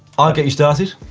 i'll get you started.